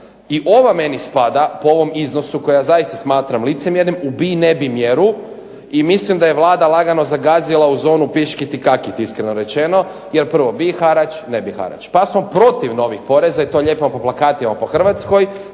i ova meni spada po ovom iznosu koja zaista smatram licemjernim u bi ne bi mjeru. I mislim da je Vlada zagazila u zonu piškiti i kakiti iskreno rečeno. Jer prvo bi harač, ne bi harač, pa smo protiv novih poreza jer to lijepimo po plakatima po Hrvatskoj,